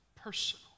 personal